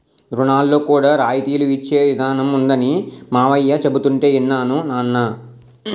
రుణాల్లో కూడా రాయితీలు ఇచ్చే ఇదానం ఉందనీ మావయ్య చెబుతుంటే యిన్నాను నాన్నా